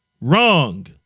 Wrong